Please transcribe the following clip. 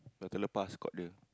the tailor pass got the